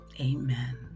Amen